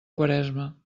quaresma